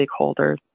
stakeholders